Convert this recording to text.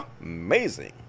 Amazing